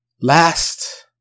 Last